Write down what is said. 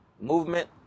movement